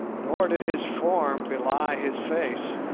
nor did his form belie his face.